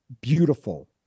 beautiful